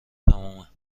تمومه